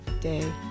day